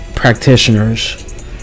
Practitioners